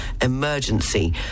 emergency